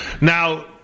Now